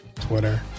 twitter